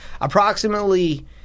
approximately